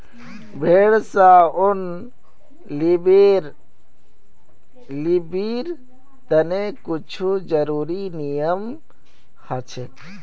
भेड़ स ऊन लीबिर तने कुछू ज़रुरी नियम हछेक